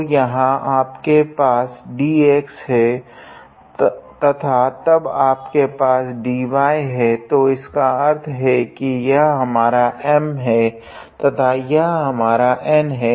तो यहाँ आपके पास dx है तथा तब आपके पास dy है तो इसका अर्थ है की यह हमारा M तथा यह हमारा N है